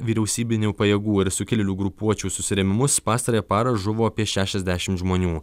vyriausybinių pajėgų ir sukilėlių grupuočių susirėmimus pastarąją parą žuvo apie šešiasdešimt žmonių